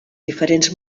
diferents